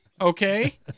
Okay